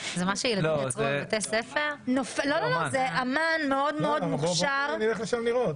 אמן מאוד מוכשר.